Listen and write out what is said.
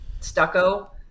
stucco